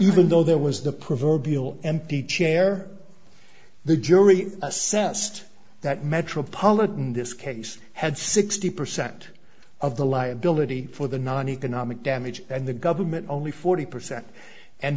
even though there was the proverbial empty chair the jury assessed that metropolitan this case had sixty percent of the liability for the non economic damage and the government only forty percent and